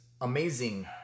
amazing